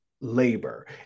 labor